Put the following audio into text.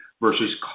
versus